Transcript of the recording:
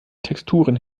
texturen